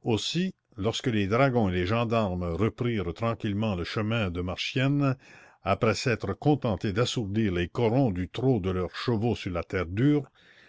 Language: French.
aussi lorsque les dragons et les gendarmes reprirent tranquillement le chemin de marchiennes après s'être contentés d'assourdir les corons du trot de leurs chevaux sur la terre dure